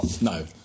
No